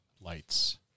lights